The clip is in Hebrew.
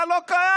אתה לא קיים,